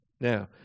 Now